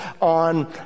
on